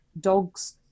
dogs